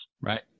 Right